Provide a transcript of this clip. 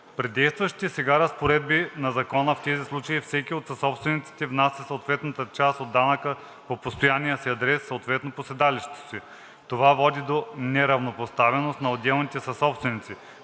При действащите сега разпоредби на Закона в тези случаи всеки от съсобствениците внася съответната част от данъка по постоянния си адрес, съответно по седалището си. Това води до неравнопоставеност на отделните съсобственици,